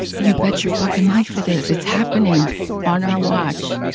you bet your fucking life it is. it's happening on our watch,